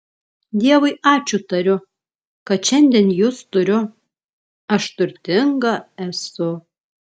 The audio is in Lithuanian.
dievui ačiū tariu kad šiandien jus turiu aš turtinga esu